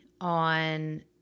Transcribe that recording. on